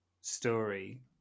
story